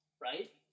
right